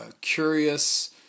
curious